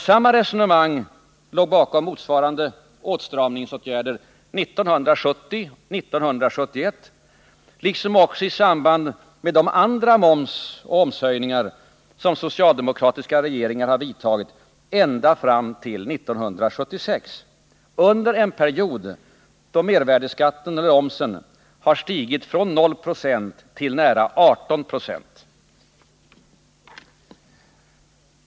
Samma resonemang låg bakom motsvarande åtstramningsåtgärder 1970 och 1971 liksom de andra momsoch omshöjningar som socialdemokratiska regeringar har vidtagit ända fram till 1976, under en period då mervärdeskatten eller momsen stigit från 0 20 till nära 18 96.